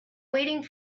waiting